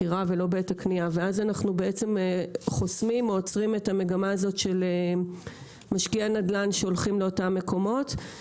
כך אנחנו עוצרים את המגמה של משקיעי הנדל"ן שהולכים לאותם מקומות.